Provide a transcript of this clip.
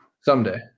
someday